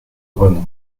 renom